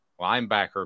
linebacker